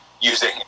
using